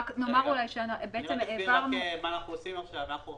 רק נאמר שהעברנו -- אני אסביר מה אנחנו עושים עכשיו.